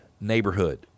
neighborhood